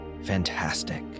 Fantastic